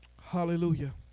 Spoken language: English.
Hallelujah